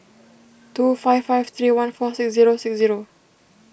two five five three one four six zero six zero